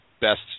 best